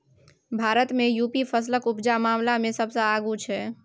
भारत मे युपी फसलक उपजा मामला मे सबसँ आगु छै